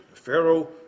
Pharaoh